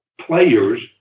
players